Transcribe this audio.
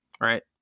right